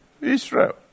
Israel